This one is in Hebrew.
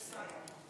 שכחת את שם המשפחה?